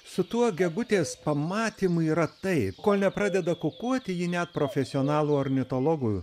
su tuo gegutės pamatymu yra tai kol nepradeda kukuoti ji net profesionalų ornitologui